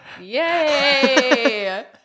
yay